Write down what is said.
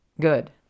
Good